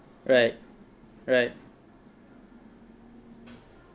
right right